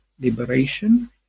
liberation